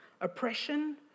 oppression